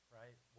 right